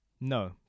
No